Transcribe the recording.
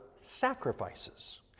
sacrifices